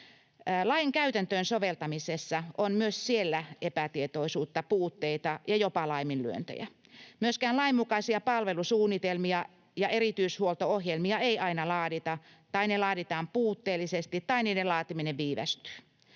Lain käytäntöön soveltamisessa on myös siellä epätietoisuutta, puutteita ja jopa laiminlyöntejä. Myöskään lainmukaisia palvelusuunnitelmia ja erityishuolto-ohjelmia ei aina laadita tai ne laaditaan puutteellisesti tai niiden laatiminen viivästyy.